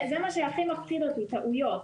זה מה שהכי מפחיד אותי, טעויות.